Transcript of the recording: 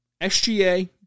SGA